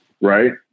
Right